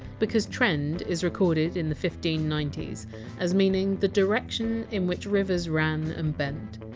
because! trend! is recorded in the fifteen ninety s as meaning the direction in which rivers ran and bent.